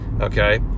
Okay